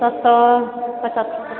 सत्तरि पचहत्तरि